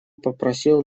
попросил